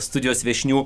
studijos viešnių